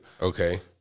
Okay